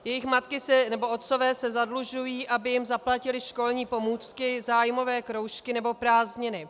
Jejich matky nebo otcové se zadlužují, aby jim zaplatili školní pomůcky, zájmové kroužky nebo prázdniny.